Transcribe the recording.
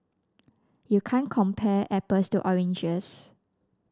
you can't compare apples to oranges